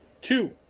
two